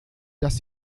dass